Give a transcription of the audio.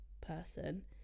person